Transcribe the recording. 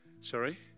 Sorry